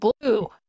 blue